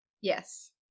yes